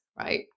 right